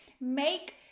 Make